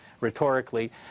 rhetorically